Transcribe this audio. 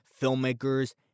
filmmakers